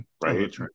Right